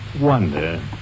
wonder